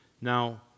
Now